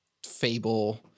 fable